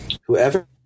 Whoever